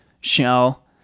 Shell